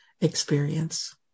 experience